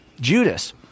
Judas